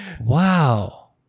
wow